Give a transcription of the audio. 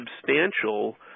substantial